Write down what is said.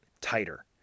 tighter